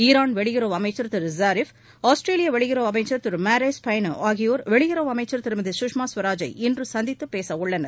Iran வெளியுறவு அமைச்சா் திரு ஜாரிஃப் ஆஸ்திரேலியா வெளியுறவு அமைச்சா் திரு மாரீஸ் பாய்னே ஆகியோர் வெளியுறவு அமைச்சன் திருமதி சுஷ்மா சுவராஜை இன்று சந்தித்து பேச உள்ளனர்